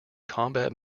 combat